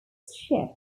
shipped